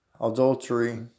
adultery